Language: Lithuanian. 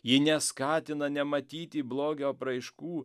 ji neskatina nematyti blogio apraiškų